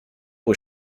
was